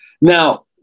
now